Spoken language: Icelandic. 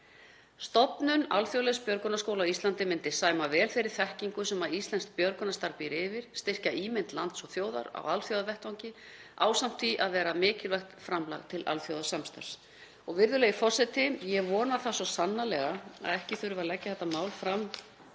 Stofnun alþjóðlegs björgunarskóla á Íslandi myndi sæma vel þeirri þekkingu sem íslenskt björgunarstarf býr yfir, styrkja ímynd lands og þjóðar á alþjóðavettvangi ásamt því að vera mikilvægt framlag til alþjóðasamstarfs. Virðulegi forseti. Ég vona svo sannarlega að ekki þurfi að leggja þetta mál fram